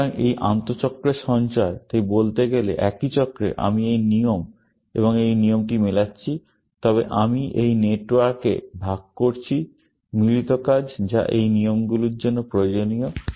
সুতরাং এই আন্তঃচক্রের সঞ্চয় তাই বলতে গেলে একই চক্রে আমি এই নিয়ম এবং এই নিয়মটি মেলাচ্ছি তবে আমি এই নেটওয়ার্কে ভাগ করছি মিলিত কাজ যা এই নিয়মগুলির জন্য প্রয়োজনীয়